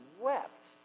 wept